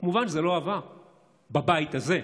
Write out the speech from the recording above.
כמובן שזה לא עבר בבית הזה.